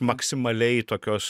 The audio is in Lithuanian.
maksimaliai tokios